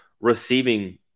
receiving